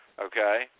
okay